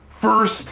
First